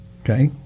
Okay